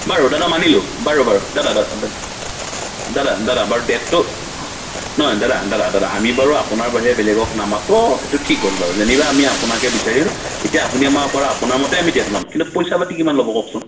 বাৰু দাদা মানিলোঁ বাৰু বাৰু দাদা দাদা দাদ দাদা দাদা বাৰু ডেটতো নহয় দাদা দাদা দাদা আমি বাৰু আপোনাৰ বাহিৰে বেলেগক নামাতো এইটো ঠিক হ'ল বাৰু যেনিবা আমি আপোনাকে বিচাৰিলোঁ এতিয়া আপুনি আমাক বাৰু আপোনাৰ মতেই আমি ডেট লম কিন্তু পইচা পাতি কিমান ল'ব কওকচোন